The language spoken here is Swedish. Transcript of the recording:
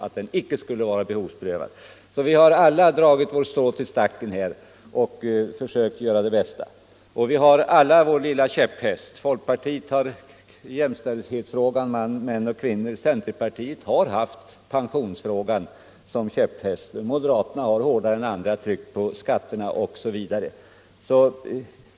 Vi har alla dragit vårt strå till stacken och försökt göra det bästa, vi har alla vår lilla käpphäst. Folkpartiet har frågan om jämställdhet mellan män och kvinnor, centerpartiet har haft pensionsfrågan, moderaterna har hårdare än andra tryckt på skatterna osv.